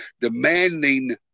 demanding